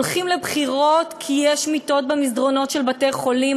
הולכים לבחירות כי יש מיטות במסדרונות של בתי-חולים,